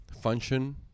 function